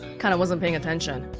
kinda wasn't paying attention